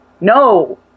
no